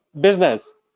business